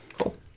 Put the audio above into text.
Cool